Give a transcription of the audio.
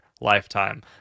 lifetime